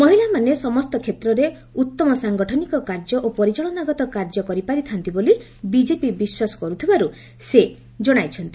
ମହିଳାମାନେ ସମସ୍ତ କ୍ଷେତ୍ରରେ ଉତ୍ତମ ସାଙ୍ଗଠନିକ କାର୍ଯ୍ୟ ଓ ପରିଚାଳନାଗତ କାର୍ଯ୍ୟ କରିପାରିଥାନ୍ତି ବୋଲି ବିଜେପି ବିଶ୍ୱାସ କରୁଥିବାର ସେ ଜଣାଇଛନ୍ତି